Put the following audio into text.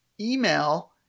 email